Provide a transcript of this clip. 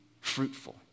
fruitful